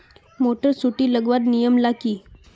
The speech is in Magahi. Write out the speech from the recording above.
मोटर सुटी लगवार नियम ला की?